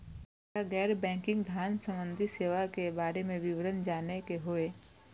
जब हमरा गैर बैंकिंग धान संबंधी सेवा के बारे में विवरण जानय के होय?